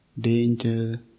danger